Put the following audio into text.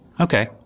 Okay